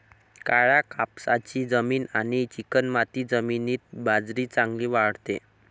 काळ्या कापसाची जमीन आणि चिकणमाती जमिनीत बाजरी चांगली वाढते